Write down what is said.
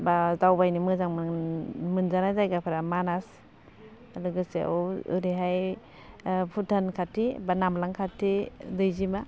बा दावबायनो मोजां मोन मोनजानाय जायगाफोरा मानास लोगोसे अ' ओरैहाय भुतान खाथि बा नामलां खाथि दैजिमा